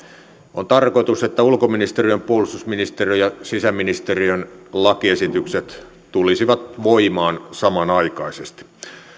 on tarkoitus että ulkoministeriön puolustusministeriön ja sisäministeriön lakiesitykset tulisivat voimaan samanaikaisesti